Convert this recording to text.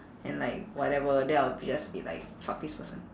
and like whatever then I'll be just be like fuck this person